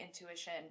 intuition